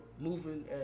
moving